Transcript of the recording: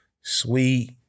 sweet